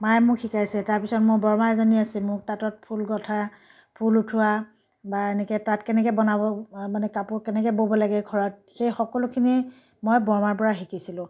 মায়ে মোক শিকাইছে তাৰ পিছত মোৰ বৰমা এজনী আছে মোক তাঁতত ফুল গঁথা ফুল উঠোৱা বা এনেকৈ তাঁত কেনেকৈ বনাব মানে কাপোৰ কেনেকৈ ব'ব লাগে ঘৰত সেই সকলোখিনি মই বৰমাৰ পৰা শিকিছিলোঁ